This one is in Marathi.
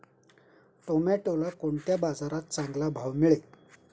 टोमॅटोला कोणत्या बाजारात चांगला भाव मिळेल?